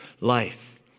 life